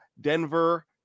Denver